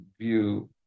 view